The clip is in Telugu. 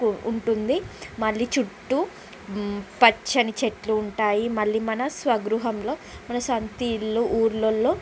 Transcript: ఉంటుంది మళ్ళీ చుట్టూ పచ్చని చెట్లు ఉంటాయి మళ్ళీ మన స్వగృహంలో మన సొంతిల్లు ఊర్లలో